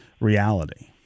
reality